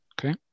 Okay